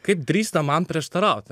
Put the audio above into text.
kaip drįsta man prieštarauti